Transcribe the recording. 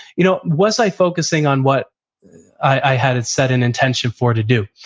you know was i focusing on what i had set an intention for to do?